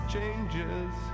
Changes